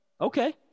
Okay